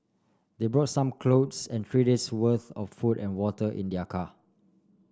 they brought some clothes and three days' worth of food and water in their car